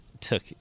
took